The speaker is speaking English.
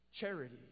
charity